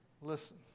Listen